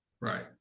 Right